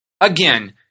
Again